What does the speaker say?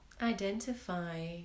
identify